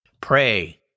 Pray